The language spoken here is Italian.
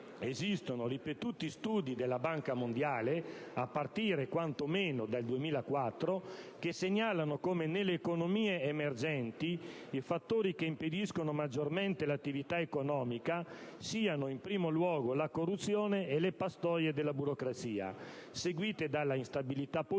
Esistono ripetuti studi della Banca mondiale, a partire quanto meno dal 2004, che segnalano come nelle economie emergenti i fattori che impediscono maggiormente l'attività economica siano in primo luogo la corruzione e le pastoie della burocrazia, seguite dall'instabilità della